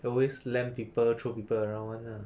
always slam people throw people around [one] lah